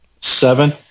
Seven